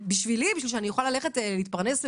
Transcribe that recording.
בשבילי, בשביל שאני אוכל ללכת להתפרנס?